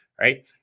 right